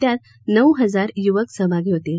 त्यात नऊ हजार यूवक सहभागी होतील